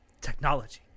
Technology